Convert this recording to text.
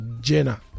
Jenna